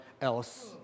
else